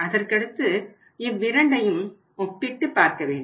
அதற்கடுத்து இவ்விரண்டையும் ஒப்பிட்டு பார்க்க வேண்டும்